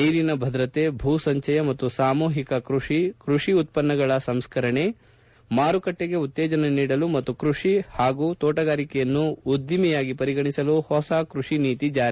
ನೀರಿನ ಭದ್ರತೆ ಭೂ ಸಂಚಯ ಮತ್ತು ಸಾಮೂಹಿಕ ಕ್ಯಷಿ ಕ್ಯಷಿ ಉತ್ತನ್ನಗಳ ಸಂಸ್ಕರಣೆ ಮಾರುಕಟ್ಟಿಗೆ ಉತ್ತೇಜನ ನೀಡಲು ಮತ್ತು ಕೃಷಿ ಹಾಗೂ ತೋಟಗಾರಿಕೆಯನ್ನು ಉದ್ಲಿಮೆಯಾಗಿ ಪರಿಗಣಿಸಲು ಹೊಸ ಕೃಷಿ ನೀತಿ ಜಾರಿ